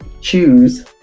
choose